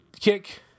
kick